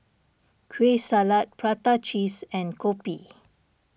Kueh Salat Prata Cheese and Kopi